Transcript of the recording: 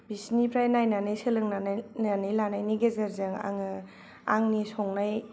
बिसिनिफ्राय नायनानै सोलोंनानै लानायनि गेजेरजों आङो आंनि संनाय